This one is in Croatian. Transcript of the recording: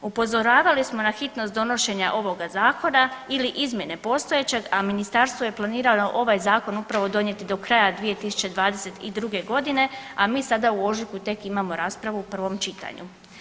Upozoravali smo na hitnost donošenja ovoga zakona ili izmjene postojećeg, a ministarstvo je planiralo ovaj zakon upravo donijeti do kraja 2022.g., a mi sada u ožujku tek imamo raspravu u prvom čitanju.